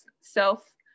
self